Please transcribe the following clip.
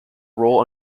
roll